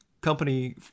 company